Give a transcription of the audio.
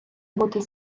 бути